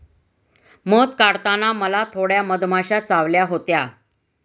मध काढताना मला थोड्या मधमाश्या चावल्या होत्या